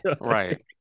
Right